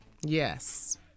Yes